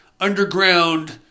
underground